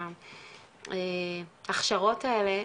ההכשרות האלה,